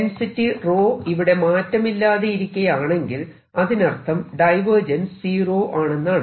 density ρ ഇവിടെ മാറ്റമില്ലാതെയിരിക്കയാണെങ്കിൽ അതിനർത്ഥം ഡൈവേർജൻസ് സീറോ ആണെന്നാണ്